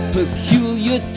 peculiar